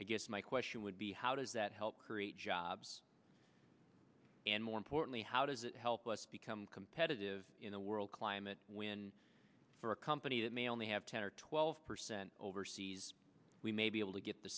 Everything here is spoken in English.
i guess my question would be how does that help create jobs and more importantly how does it help us become competitive in the world climate when for a company that may only have ten or twelve percent overseas we may be able to get the